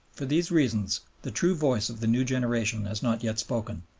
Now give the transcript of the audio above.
for these reasons the true voice of the new generation has not yet spoken,